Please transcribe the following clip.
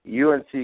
UNC